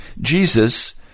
Jesus